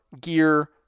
gear